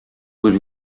was